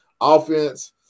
offense